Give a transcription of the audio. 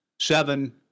seven